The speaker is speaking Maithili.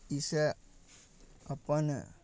ई से अपन